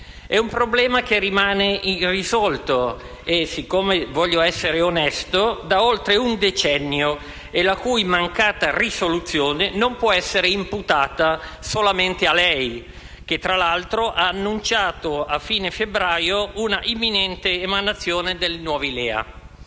È un problema che rimane irrisolto, e aggiungo - siccome voglio essere onesto - da oltre un decennio, la cui mancata risoluzione non può essere imputata solamente a lei, che tra l'altro ha annunciato a fine febbraio un'imminente emanazione dei nuovi LEA.